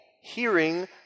hearing